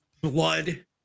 blood